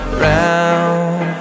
round